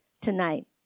tonight